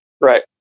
Right